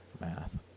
math